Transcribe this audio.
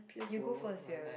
you go first here